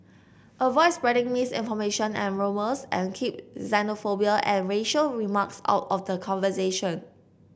avoid spreading misinformation and rumours and keep xenophobia and racial remarks out of the conversation